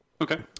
Okay